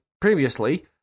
previously